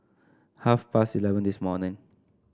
half past eleven this morning